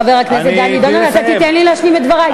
חבר הכנסת דני דנון, אתה תיתן לי להשלים את דברי.